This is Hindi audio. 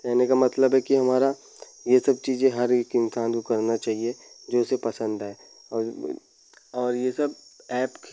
कहने का मतलब है कि हमारा यह सब चीज़ें हर एक इक इंसान को करना चाहिए जो उसे पसंद है और ब और यह सब ऐप ख